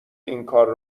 اینکار